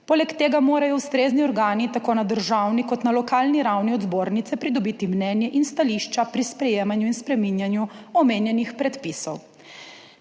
Poleg tega morajo ustrezni organi tako na državni kot na lokalni ravni od Zbornice pridobiti mnenje in stališča pri sprejemanju in spreminjanju omenjenih predpisov.